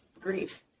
grief